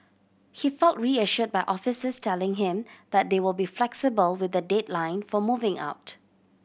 he felt reassured by officers telling him that they will be flexible with the deadline for moving out